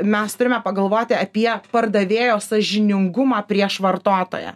mes turime pagalvoti apie pardavėjo sąžiningumą prieš vartotoją